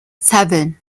seven